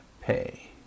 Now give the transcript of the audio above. pay